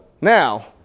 now